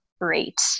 great